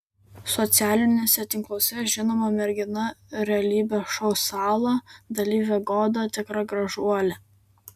socialiniuose tinkluose žinoma mergina realybės šou sala dalyvė goda tikra gražuolė